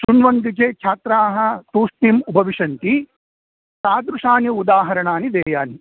श्रुण्वन्ति चेत् छात्राः तूष्णीम् उपविशन्ति तादृशानि उदाहरणानि देयानि